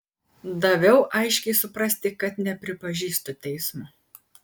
daviau aiškiai suprasti kad nepripažįstu teismo